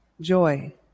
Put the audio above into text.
joy